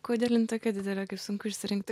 kodėl jin tokia didelė kaip sunku išsirinkti